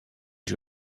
you